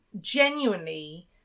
Genuinely